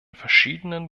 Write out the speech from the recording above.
verschiedenen